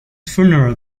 funeral